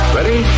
Ready